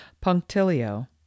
punctilio